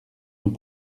nous